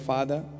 Father